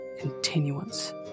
continuance